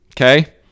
okay